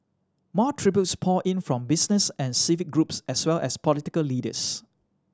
more tributes poured in from business and civic groups as well as political leaders